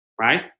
right